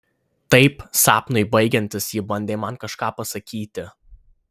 taip sapnui baigiantis ji bandė man kažką pasakyti